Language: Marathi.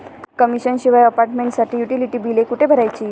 कमिशन शिवाय अपार्टमेंटसाठी युटिलिटी बिले कुठे भरायची?